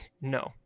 no